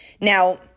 Now